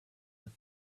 that